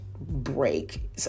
break